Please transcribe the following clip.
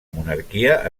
monarquia